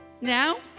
Now